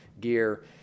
gear